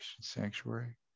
sanctuary